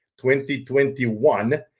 2021